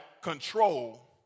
control